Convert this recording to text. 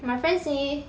my friend say